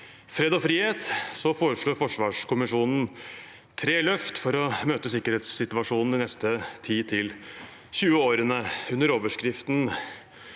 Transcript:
fred og frihet foreslår forsvarskommisjonen tre løft for å møte sikkerhetssituasjonen de neste 10–20 årene. Under overskriften